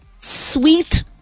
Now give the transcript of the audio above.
sweet